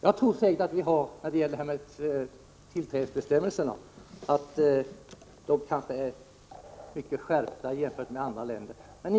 Jag tror vidare att bestämmelserna i vårt land vad gäller kränkningar säkerligen kan framstå som hårda i jämförelse med andra länders bestämmelser.